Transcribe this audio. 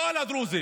לא על הדרוזים.